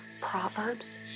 Proverbs